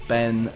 Ben